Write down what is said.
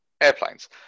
airplanes